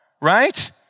right